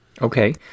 Okay